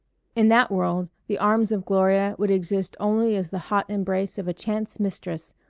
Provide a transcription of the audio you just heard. in that world the arms of gloria would exist only as the hot embrace of a chance mistress,